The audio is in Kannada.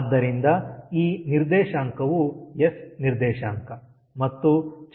ಆದ್ದರಿಂದ ಈ ನಿರ್ದೇಶಾಂಕವು ಎಸ್ ನಿರ್ದೇಶಾಂಕ ಮತ್ತು ಚಕ್ರವನ್ನು ತೋರಿಸಲಾಗಿದೆ